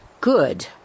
good